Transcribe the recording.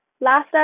Last